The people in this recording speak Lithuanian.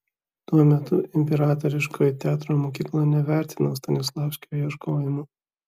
tuo metu imperatoriškoji teatro mokykla nevertino stanislavskio ieškojimų